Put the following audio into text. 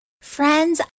Friends